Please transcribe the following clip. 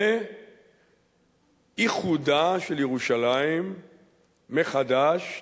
באיחודה של ירושלים מחדש,